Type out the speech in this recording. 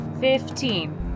Fifteen